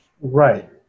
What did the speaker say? right